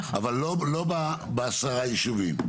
אבל לא בעשרה יישובים.